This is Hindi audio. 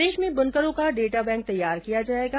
प्रदेश में बुनकरों का डेटा बैंक तैयार किया जायेगा